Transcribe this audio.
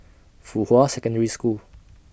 Fuhua Secondary School